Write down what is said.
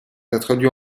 introduit